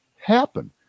happen